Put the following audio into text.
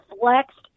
flexed